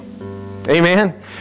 Amen